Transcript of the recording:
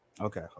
Okay